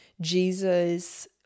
Jesus